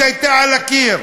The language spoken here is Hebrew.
הכתובת הייתה על הקיר,